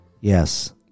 Yes